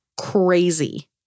crazy